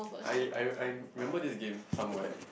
I I I remember this game somewhere